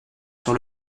sur